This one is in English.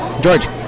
George